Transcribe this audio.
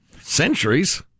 Centuries